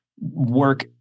Work